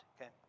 okay